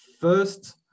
first